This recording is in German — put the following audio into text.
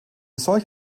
solch